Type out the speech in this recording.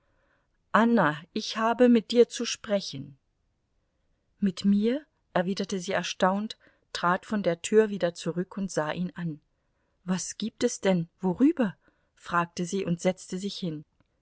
anna ich habe mit dir zu sprechen mit mir erwiderte sie erstaunt trat von der tür wieder zurück und sah ihn an was gibt es denn worüber fragte sie und setzte sich hin